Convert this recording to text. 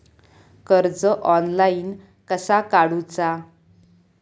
कर्ज ऑनलाइन कसा काडूचा?